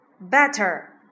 better